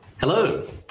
Hello